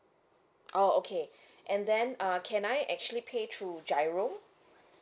orh okay and then uh can I actually pay through G_I_R_O